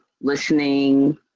listening